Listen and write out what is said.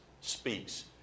speaks